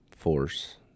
force